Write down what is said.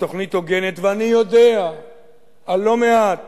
התוכנית הוגנת, ואני יודע על לא מעט